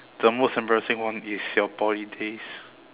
the most embarrassing one is your poly days